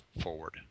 forward